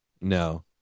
No